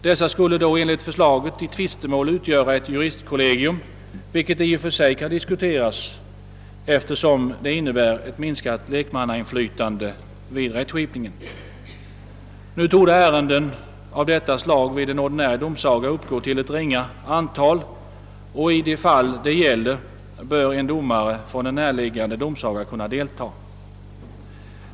Dessa skulle då, enligt förslaget, i tvistemål utgöra ett juristkollegium, vilket i och för sig kan diskuteras, eftersom det innebär ett minskat lekmannainflytande vid rättskipningen. Nu torde ärenden av detta slag vid en ordinär domsaga uppgå till ett ringa antal, och i de fall det gäller bör en domare från en närliggande domsaga kunna delta.